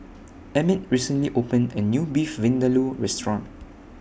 Emit recently opened A New Beef Vindaloo Restaurant